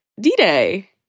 D-Day